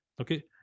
okay